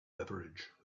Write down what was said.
beverage